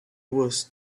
was